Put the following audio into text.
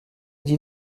dis